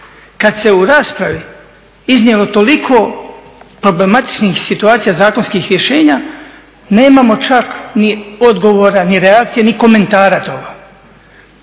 Kada se u raspravi iznijelo toliko problematičnih situacija zakonskih rješenja nemamo čak ni odgovora ni reakcije ni komentara toga.